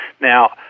Now